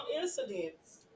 incidents